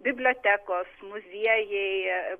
bibliotekos muziejai